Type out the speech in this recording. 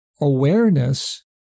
awareness